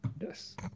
Yes